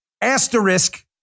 asterisk